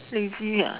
lazy what